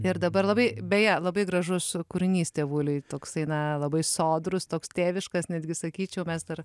ir dabar labai beje labai gražus kūrinys tėvuliui toksai na labai sodrus toks tėviškas netgi sakyčiau mes dar